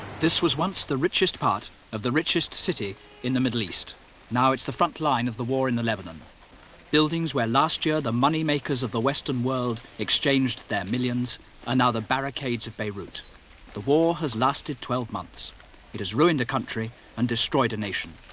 this was once the richest part of the richest city in the middle east now. it's the front line of the war in the lebanon buildings where last year the money makers of the western world? exchanged their millions another barricades of beirut the war has lasted twelve months it has ruined a country and destroyed a nation